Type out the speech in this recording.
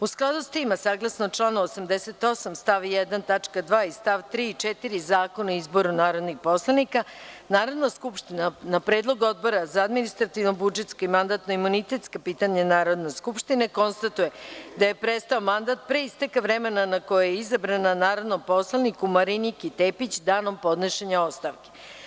U skladu s tim, a saglasno članu 88. stav 1. tačka 2. i st. 3. i 4. Zakona o izboru narodnih poslanika, Narodna skupština na predlog Odbora za administrativno-budžetska i mandatno-imunitetska pitanja Narodne skupštine konstatuje da je prestao mandat pre isteka vremena na koje je izabran, narodnom poslaniku Mariniki Tepić, danom podnošenja ostavke.